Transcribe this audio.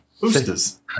Boosters